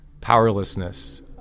Powerlessness